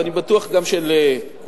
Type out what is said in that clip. ואני בטוח גם שלכולכם,